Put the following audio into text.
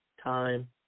time